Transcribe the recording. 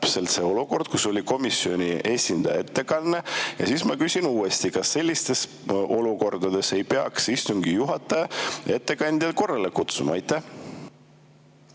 selline olukord, et oli komisjoni esindaja ettekanne. Ma küsin uuesti: kas sellises olukorras ei peaks istungi juhataja ettekandjat korrale kutsuma? Aitäh,